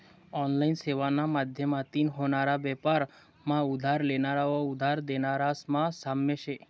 online सेवाना माध्यमतीन व्हनारा बेपार मा उधार लेनारा व उधार देनारास मा साम्य शे